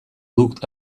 looked